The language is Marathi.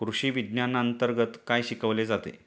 कृषीविज्ञानांतर्गत काय शिकवले जाते?